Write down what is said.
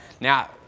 Now